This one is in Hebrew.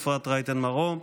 אפרת רייטן מרום.